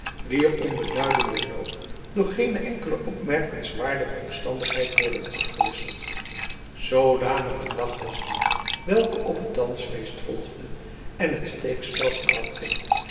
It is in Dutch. wier onbeduidende loop door geene enkele opmerkingswaardige omstandigheid wordt afgewisseld zoodanig een dag was die welke op het dansfeest volgde en het steekspel voorafging